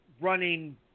running